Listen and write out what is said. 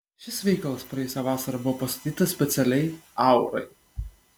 šis veikalas praėjusią vasarą buvo pastatytas specialiai aurai